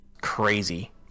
crazy